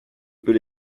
peux